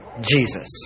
Jesus